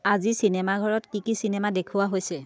আজি চিনেমাঘৰত কি কি চিনেমা দেখুওৱা হৈছে